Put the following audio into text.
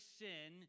sin